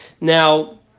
Now